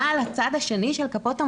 מה על הצד השני של כפות המאזניים,